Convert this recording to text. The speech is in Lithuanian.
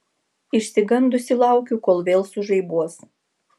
išsigandusi laukiu kol vėl sužaibuos